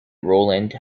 rowland